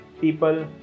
people